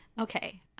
Okay